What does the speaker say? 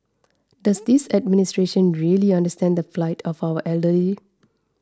does this administration really understand the plight of our elderly